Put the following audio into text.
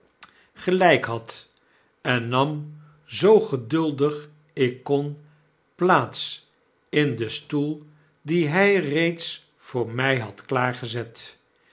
gelijk had en nam zoo geduldig ik kon plaats op den stoel dien hy reeds voor my had klaargezet